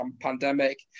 pandemic